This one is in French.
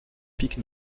pique